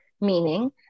meaning